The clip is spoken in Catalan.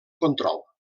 control